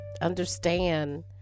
understand